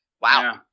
Wow